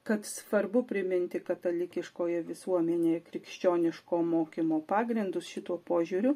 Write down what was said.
kad svarbu priminti katalikiškoje visuomenėje krikščioniško mokymo pagrindus šituo požiūriu